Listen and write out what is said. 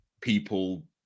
people